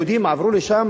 היה רעב,